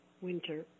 winter